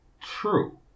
true